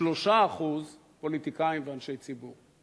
3% פוליטיקאים ואנשי ציבור.